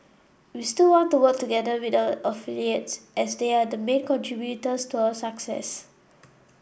we still want to work together with our affiliates as they are the main contributors to our success